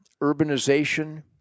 urbanization